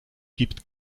gibt